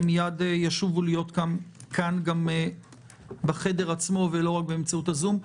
והם מייד ישובו להיות גם כאן בחדר עצמו ולא רק באמצעות הזום.